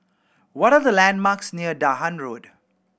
what are the landmarks near Dahan Road